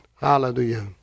Hallelujah